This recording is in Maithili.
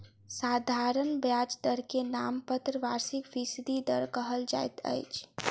साधारण ब्याज दर के नाममात्र वार्षिक फीसदी दर कहल जाइत अछि